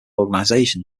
organization